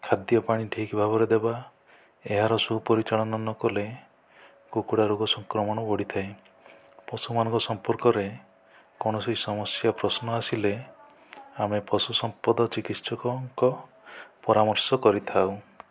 ଖାଦ୍ୟ ପାଣି ଠିକ ଭାବରେ ଦେବା ଏହାର ସବୁ ପରିଚାଳନ ନକଲେ କୁକୁଡ଼ା ରୋଗ ସଂକ୍ରମଣ ବଢ଼ିଥାଏ ପଶୁମାନଙ୍କ ସମ୍ପର୍କରେ କୌଣସି ସମସ୍ୟା ପ୍ରଶ୍ନ ଆସିଲେ ଆମେ ପଶୁ ସମ୍ପଦ ଚିକିତ୍ସକଙ୍କ ପରାମର୍ଶ କରିଥାଉ